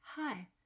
Hi